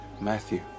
Matthew